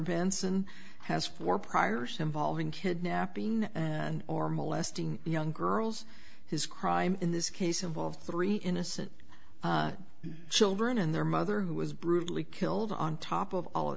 benson has for prior some valving kidnapping and or molesting young girls his crime in this case involved three innocent children and their mother who was brutally killed on top of all